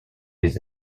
les